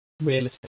realistic